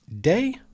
day